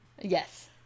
Yes